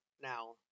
now